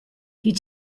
die